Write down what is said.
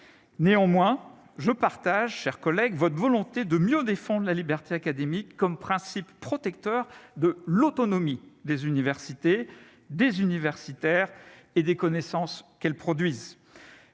néanmoins je partage cher collègue, votre volonté de Millau défendent la liberté académique comme principe protecteurs de l'autonomie des universités, des universitaires et des connaissances qu'elles produisent